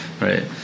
right